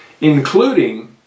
including